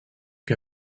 que